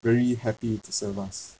very happy to serve us